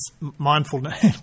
mindfulness